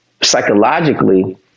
psychologically